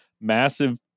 massive